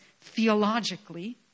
theologically